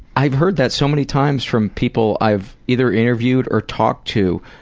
i've heard that so many times from people i've either interviewed or talked to.